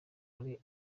hari